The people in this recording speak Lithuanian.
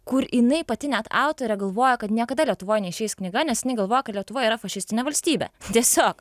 kur jinai pati net autorė galvoja kad niekada lietuvoj neišeis knyga nes jinai galvoja kad lietuva yra fašistinė valstybė tiesiog